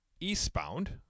Eastbound